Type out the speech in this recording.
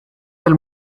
del